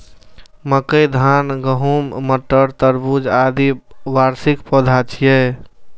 मकई, धान, गहूम, मटर, तरबूज, आदि वार्षिक पौधा छियै